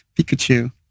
Pikachu